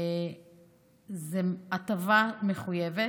זו הטבה מחויבת.